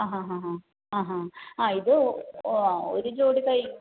അ ഹ ഹ ഹ ആ ഹാ ഇത് ആ ഒരു ജോടി